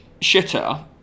shitter